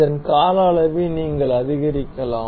இதன் கால அளவை நீங்கள் அதிகரிக்கலாம்